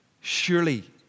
surely